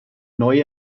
neue